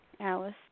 alice